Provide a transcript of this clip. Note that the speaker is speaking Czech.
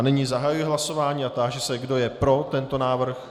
Nyní zahajuji hlasování a táži se, kdo je pro tento návrh.